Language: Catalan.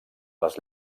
les